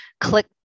click